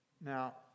Now